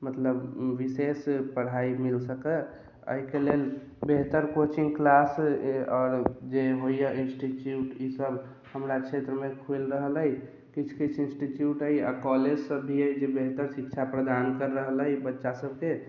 मतलब विशेष पढ़ाइ मिल सकए एहिके लेल बेहतर कोचिंग क्लास आओर जे होइया इंस्टिट्यू ईसब हमरा क्षेत्र मे खुलि रहल अछि किछु किछु इंस्टिट्यूट अछि आ कॉलेज सब भी अछि जे बेहतर शिक्षा प्रदान कर रहल अछि बच्चा सबके